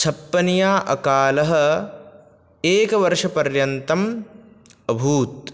छप्पनिया अकालः एकवर्षपर्यन्तम् अभूत्